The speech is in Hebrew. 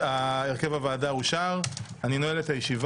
הרכב הוועדה אושר פה אחד.